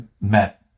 met